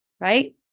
right